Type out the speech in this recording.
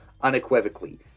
unequivocally